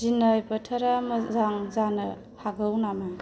दिनै बोथोरा मोजां जानो हागौ नामा